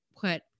put